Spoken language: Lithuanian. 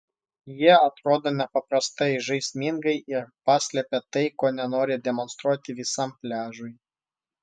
jie atrodo nepaprastai žaismingai ir paslepia tai ko nenori demonstruoti visam pliažui